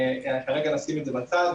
כרגע נשים את זה בצד.